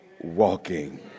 walking